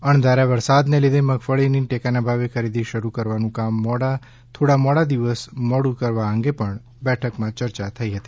અણધાર્ચા વરસાદને લીધે મગફળીની ટેકાના ભાવે ખરીદી શરૂ કરવાનું કામ થોડા દિવસ મોડુ કરવા અંગે પણ બેઠકમાં ચર્ચા થઈ હતી